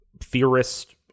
theorist